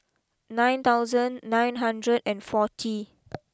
nine thousand nine hundred and forty